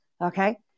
Okay